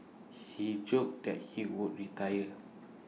he joked that he would retire